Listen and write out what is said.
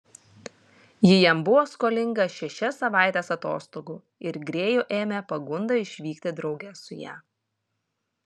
ji jam buvo skolinga šešias savaites atostogų ir grėjų ėmė pagunda išvykti drauge su ja